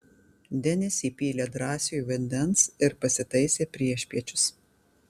denis įpylė drąsiui vandens ir pasitaisė priešpiečius